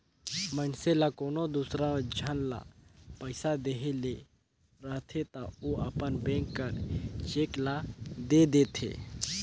मइनसे ल कोनो दूसर झन ल पइसा देहे ले रहथे ता ओ अपन बेंक कर चेक ल दे देथे